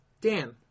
Dan